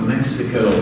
Mexico